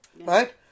right